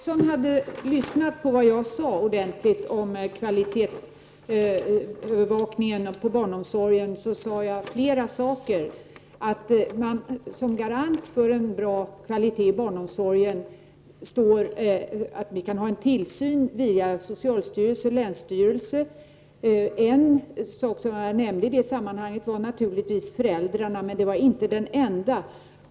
Herr talman! Jag vet inte om Berith Eriksson ordentligt lyssnade på vad jag sade. Om kvalitetsövervakningen när det gäller barnomsorgen sade jag flera saker, bl.a. att en garant för en bra kvalitet i barnomsorgen är att vi kan ha tillsyn via socialstyrelsen eller länsstyrelse. En sak som jag nämnde i det sammanhanget var naturligtvis föräldrarna, men det var inte den enda.